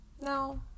No